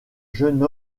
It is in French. jeune